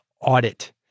audit